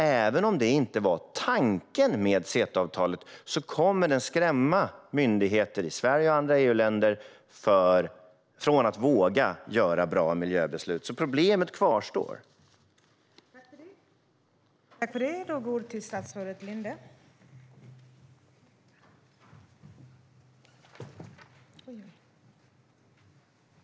Även om det inte var tanken med CETA-avtalet kommer den att skrämma myndigheter i Sverige och andra EU-länder från att våga ta bra miljöbeslut. Problemet kvarstår alltså.